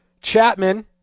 Chapman